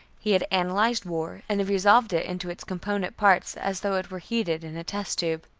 he had analyzed war and resolved it into its component parts, as though it were heated in a test-tube.